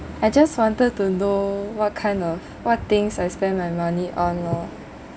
I just wanted to know what kind of what things I spend my money on lor